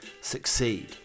succeed